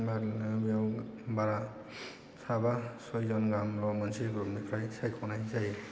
बारनो बेयाव बारा साबा सयजन गाहामल' मोनसे ग्रुपनिफ्राय सायखनाय जायो